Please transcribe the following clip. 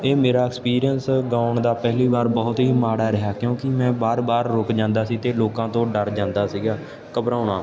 ਇਹ ਮੇਰਾ ਐਕਸਪੀਰੀਅੰਸ ਗਾਉਣ ਦਾ ਪਹਿਲੀ ਵਾਰ ਬਹੁਤ ਹੀ ਮਾੜਾ ਰਿਹਾ ਕਿਉਂਕਿ ਮੈਂ ਵਾਰ ਵਾਰ ਰੁਕ ਜਾਂਦਾ ਸੀ ਅਤੇ ਲੋਕਾਂ ਤੋਂ ਡਰ ਜਾਂਦਾ ਸੀਗਾ ਘਬਰਾਉਣਾ